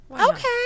Okay